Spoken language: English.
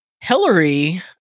Hillary